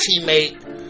teammate